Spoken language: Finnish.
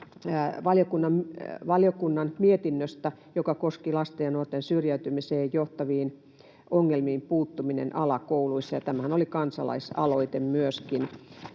valiokuntamme mietinnöstä, joka koski lasten ja nuorten syrjäytymiseen johtaviin ongelmiin puuttumista alakouluissa, ja myöskin tämähän oli kansalaisaloite.